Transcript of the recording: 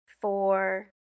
four